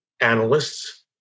analysts